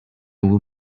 will